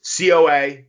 COA